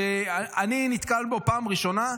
שאני נתקל בו פעם ראשונה,